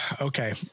Okay